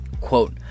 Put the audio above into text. Quote